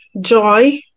joy